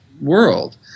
world